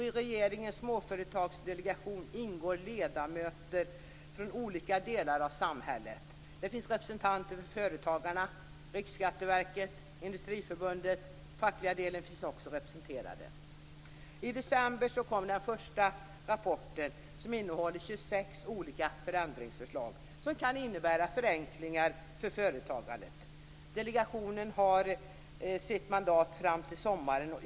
I regeringens småföretagsdelegation ingår ledamöter från olika delar av samhället. Där finns representanter för företagarna, Riksskatteverket och Industriförbundet. Den fackliga delen finns också representerad. I december 1997 kom den första rapporten som innehåller 26 olika förändringsförslag som kan innebära förenklingar för företagandet. Delegationen har sitt mandat fram till sommaren.